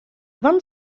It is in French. vingt